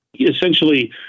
essentially